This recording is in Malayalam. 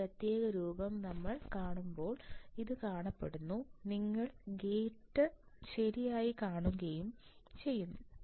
ഈ പ്രത്യേക രൂപം നമ്മൾ കാണുമ്പോൾ ഇത് കാണപ്പെടുന്നു നിങ്ങൾ ഗേറ്റ് ശരിയായി കാണുകയും ചെയ്യുന്നു